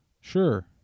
Sure